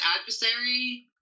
adversary